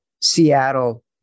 Seattle